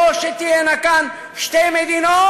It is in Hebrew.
או שתהיינה כאן שתי מדינות,